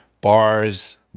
bars